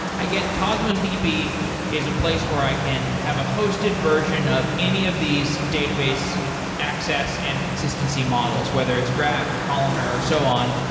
i get cosmos db is a place where i can have a hosted version of any of these database access and consistency models, whether it's graph or columnar or so on.